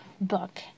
book